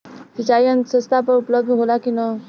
सिंचाई यंत्र सस्ता दर में उपलब्ध होला कि न?